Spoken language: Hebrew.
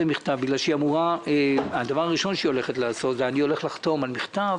מכתב מכיוון שאני הולך לחתום על מכתב